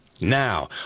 Now